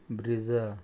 Brezza